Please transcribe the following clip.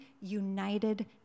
united